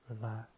relax